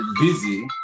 busy